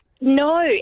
No